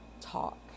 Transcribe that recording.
talk